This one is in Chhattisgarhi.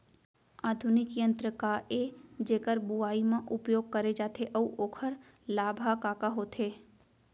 आधुनिक यंत्र का ए जेकर बुवाई म उपयोग करे जाथे अऊ ओखर लाभ ह का का होथे?